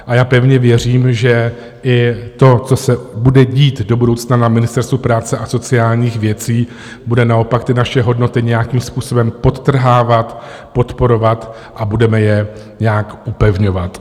A pevně věřím, že i to, co se bude dít do budoucna na Ministerstvu práce a sociálních věcí, bude naopak naše hodnoty nějakým způsobem podtrhávat, podporovat a budeme je nějak upevňovat.